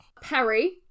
perry